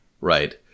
Right